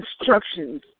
instructions